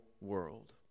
world